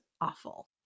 awful